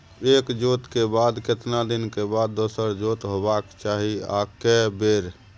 एक जोत के बाद केतना दिन के बाद दोसर जोत होबाक चाही आ के बेर?